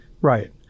Right